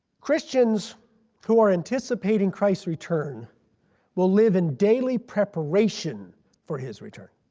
christians who are anticipating christ's return will live in daily preparation for his return.